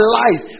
life